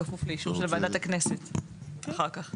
בכפוף לאישור של ועדת הכנסת אחר כך.